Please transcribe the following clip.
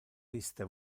iste